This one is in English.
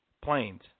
planes